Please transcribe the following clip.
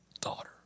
daughter